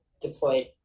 deployed